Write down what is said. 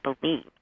believe